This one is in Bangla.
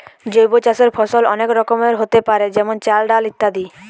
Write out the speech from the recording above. জৈব চাষের ফসল অনেক রকমেরই হোতে পারে যেমন চাল, ডাল ইত্যাদি